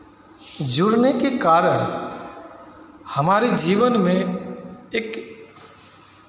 जुड़ने के कारण हमारे जीवन में एक